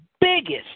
biggest